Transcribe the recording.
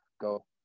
go